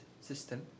system